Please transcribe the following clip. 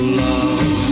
love